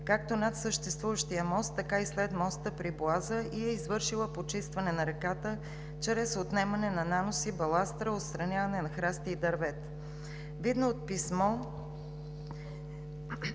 както над съществуващия мост, така и след моста при „Боаза“ и е извършила почистване на реката чрез отнемане на наноси, баластра, отстраняване на храсти и дървета. Видно от писмо